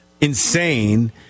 insane